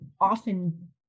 often